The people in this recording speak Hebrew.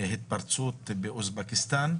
התפרצות קורונה באוזבקיסטן.